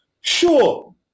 Sure